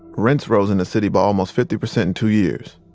rents rose in the city by almost fifty percent in two years.